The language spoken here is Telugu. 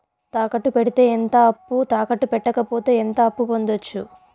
తాకట్టు పెడితే ఎంత అప్పు, తాకట్టు పెట్టకపోతే ఎంత అప్పు పొందొచ్చు?